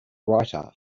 writer